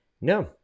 No